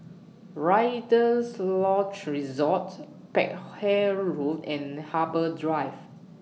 Rider's Lodge Resort Peck Hay Road and Harbour Drive